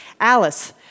Alice